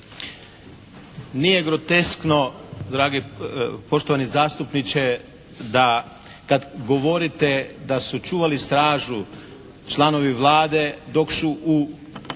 Nije groteskno poštovani zastupniče da kad govorite da su čuvali stražu članovi Vlade dok su u